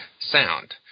sound